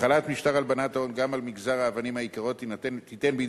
החלת משטר הלבנת ההון גם על מגזר האבנים היקרות תיתן בידי